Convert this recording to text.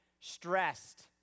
stressed